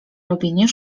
robienie